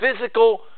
physical